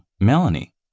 Melanie